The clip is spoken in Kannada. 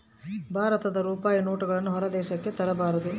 ಭಾರತದ ರೂಪಾಯಿ ನೋಟುಗಳನ್ನು ಹೊರ ದೇಶಕ್ಕೆ ತರಬಾರದು